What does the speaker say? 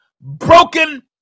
broken